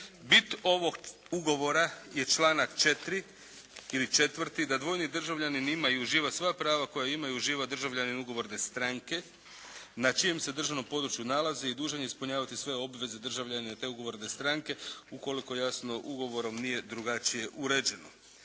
Bit ovog ugovora je članak četiri ili četvrti da dvojni državljanin ima i uživa sva prava koja ima i uživa državljanin ugovorne stranke na čijem se državnom području nalazi i dužan je ispunjavati svoje obveze državljanin te ugovorne stranke ukoliko jasno ugovorom nije drugačije uređeno.